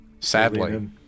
sadly